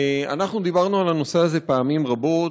אנחנו דיברנו על הנושא הזה פעמים רבות,